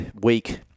week